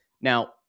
Now